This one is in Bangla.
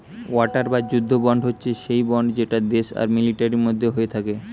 ওয়ার বা যুদ্ধ বন্ড হচ্ছে সেই বন্ড যেটা দেশ আর মিলিটারির মধ্যে হয়ে থাকে